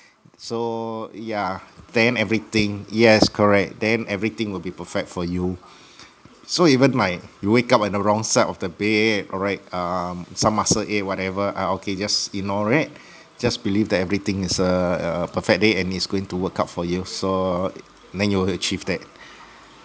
so yeah then everything yes correct then everything will be perfect for you so even like you wake up on the wrong side of the bed alright um some muscle ache whatever uh okay just ignore it just believe that everything is a a perfect day and it's going to work out for you so and then you will achieve that